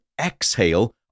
exhale